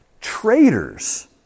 traitors